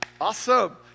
Awesome